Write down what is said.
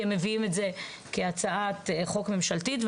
כי הם מביאים את זה כהצעת חוק ממשלתית,